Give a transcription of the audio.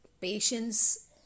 patience